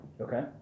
Okay